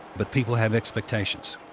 but people have expectations.